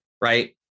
Right